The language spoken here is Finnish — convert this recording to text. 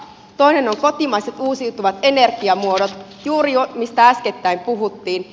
toinen on kotimaiset uusiutuvat energiamuodot juuri se mistä äskettäin puhuttiin